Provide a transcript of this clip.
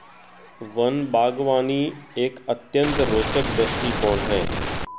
one बागवानी एक अत्यंत रोचक दृष्टिकोण है